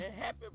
Happy